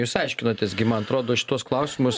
jūs aiškinotės gi man atrodo šituos klausimus